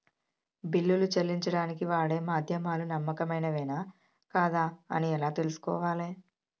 బిల్లులు చెల్లించడానికి వాడే మాధ్యమాలు నమ్మకమైనవేనా కాదా అని ఎలా తెలుసుకోవాలే?